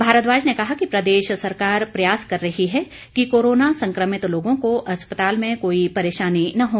भारद्वाज ने कहा कि प्रदेश सरकार प्रयास कर रही है कि कोरोना संकमित लोगों को अस्पताल में कोई परेशानी न हो